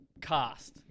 cast